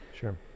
Sure